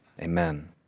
amen